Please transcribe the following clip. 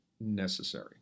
necessary